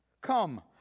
Come